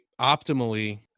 optimally